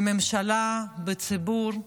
בממשלה, בציבור,